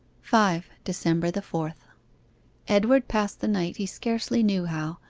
five. december the fourth edward passed the night he scarcely knew how,